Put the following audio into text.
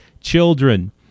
children